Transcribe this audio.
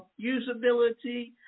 usability